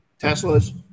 Teslas